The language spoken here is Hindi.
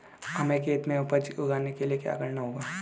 हमें खेत में उपज उगाने के लिये क्या करना होगा?